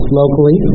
locally